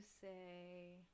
say